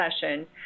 session